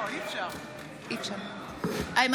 עודה, אינו